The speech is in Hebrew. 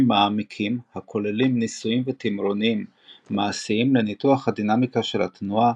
מעמיקים הכוללים ניסויים ותמרונים מעשיים לניתוח הדינמיקה של התנועה,